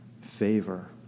favor